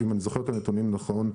אם אני זוכר את הנתונים נכון,